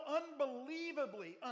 unbelievably